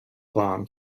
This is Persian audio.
خواهم